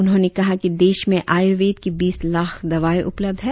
उन्होंने कहा कि देश में आयुर्वेद की बीस लाख दवाये उपलब्ध है